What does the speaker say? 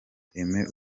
aimé